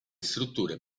strutture